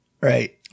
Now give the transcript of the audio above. Right